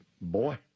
boy